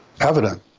evident